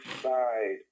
side